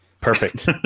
perfect